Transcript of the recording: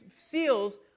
seals